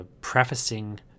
prefacing